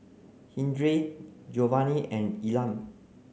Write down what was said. Hildred Giovanny and Elam